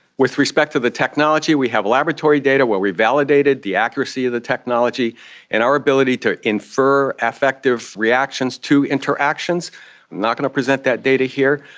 with respect to the technology, we have laboratory data where we validated the accuracy of the technology and our ability to infer affective reactions to interactions. i'm not going to present that data here.